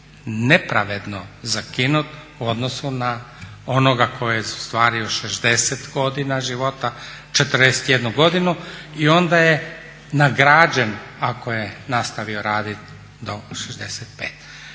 nepravedno zakinut u odnosu na onoga koji je ostvario 60 godina života, 41 godinu staža i onda je nagrađen ako je nastavio raditi do 65